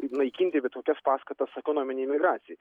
naikinti bet kokias paskatas ekonominei migracijai